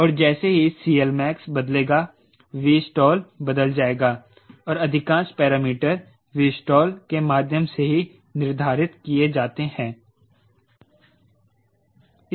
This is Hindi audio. और जैसे ही CLmax बदलेगा Vstall बदल जाएगा और अधिकांश पैरामीटर Vstall के माध्यम से निर्धारित किए जाते हैं